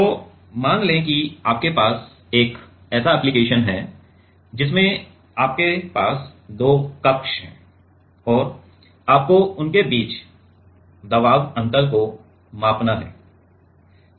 तो मान लें कि आपके पास एक ऐसा एप्लिकेशन है जिसमें आपके पास दो कक्ष हैं और आपको उनके बीच दबाव अंतर को मापना है